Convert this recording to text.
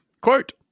Quote